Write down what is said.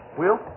wheel